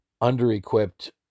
under-equipped